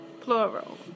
plural